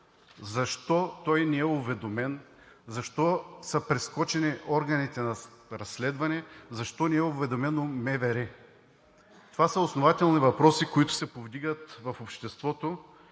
защо не е уведомен, защо са прескочени органите на разследване, защо не е уведомено МВР?! Това са основателни въпроси, които се повдигат в обществото